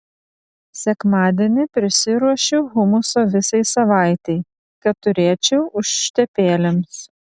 sekmadienį prisiruošiu humuso visai savaitei kad turėčiau užtepėlėms